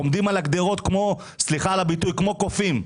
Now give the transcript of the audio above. עומדים על הגדרות, סליחה על הביטוי, כמו קופים.